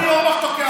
כי אורבך תוקע אותנו.